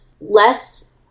less